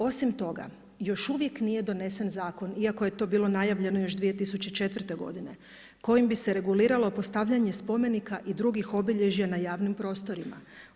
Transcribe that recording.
Osim toga, još uvijek nije donesen zakon, iako je to bilo najavljeno još 2004.g. kojim bi se reguliralo postavljanje spomenika i drugih obilježja na javnim prostorima.